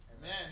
Amen